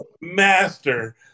master